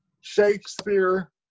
Shakespeare